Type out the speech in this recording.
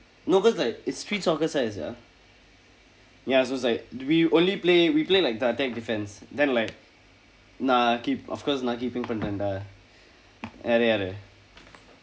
no cause like it's street soccer size sia ya so it's like we only play we play like the attack defence then like நான்:naan of course நான்:naan keeping பண்றேன்:panreen dah வேற யாரு:veera yaaru